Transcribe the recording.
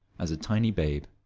as a tiny babe.